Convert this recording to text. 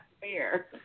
fair